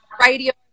radio